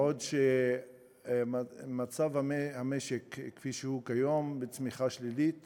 בעוד שבמצב המשק כפי שהוא כיום, צמיחה שלילית